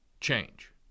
change